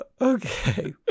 Okay